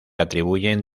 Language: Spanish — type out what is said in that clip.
atribuyen